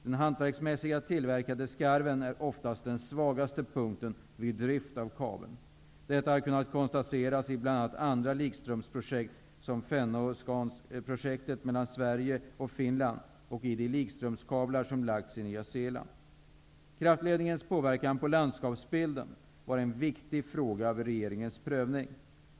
Den hantverksmässigt tillverkade skarven är oftast den svagaste punkten vid drift av kabeln. Detta har kunnat konstateras i bl.a. andra likströmsprojekt som Fennoskanprojektet mellan Sverige och Finland och i de likströmskablar som lagts i Nya Zeeland. Kraftledningens påverkan av landskapsbilden var en viktig fråga vid regeringens prövning.